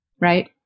right